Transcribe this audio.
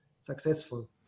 successful